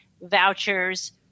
vouchers